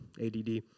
ADD